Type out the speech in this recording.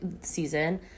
season